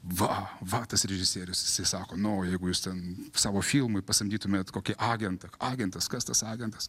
va va tas režisierius jisai sako nu jeigu jūs ten savo filmui pasamdytumėt kokį agentą agentas kas tas agentas